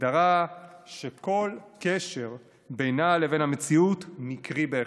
הגדרה שכל קשר בינה לבין המציאות מקרי בהחלט,